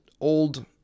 old